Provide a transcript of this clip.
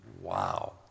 wow